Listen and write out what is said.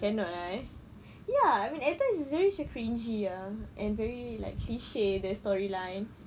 cannot ah eh ya I mean at times it's very macam cringey uh and very like cliche the storyline